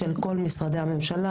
של כל משרדי הממשלה,